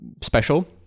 special